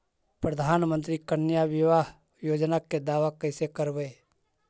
प्रधानमंत्री कन्या बिबाह योजना के दाबा कैसे करबै?